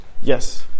Yes